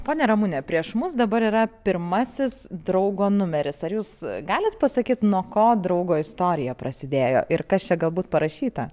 ponia ramune prieš mus dabar yra pirmasis draugo numeris ar jūs galit pasakyt nuo ko draugo istorija prasidėjo ir kas čia galbūt parašyta